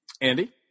Andy